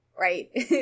Right